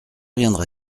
viendra